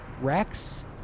Rex